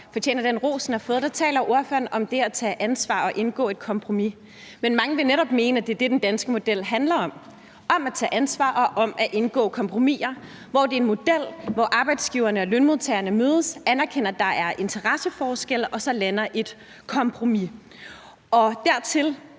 fortjener den ros, den har fået, taler ordføreren om det at tage ansvar og indgå et kompromis. Men mange vil netop mene, at det er det, den danske model handler om – om at tage ansvar og om at indgå kompromisser; at det er en model, hvor arbejdsgiverne og lønmodtagerne mødes, anerkender, at der er interesseforskelle, og så lander et kompromis. Til